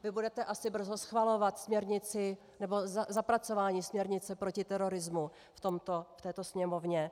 Vy budete asi brzo schvalovat směrnici nebo zapracování směrnice proti terorismu v této Sněmovně.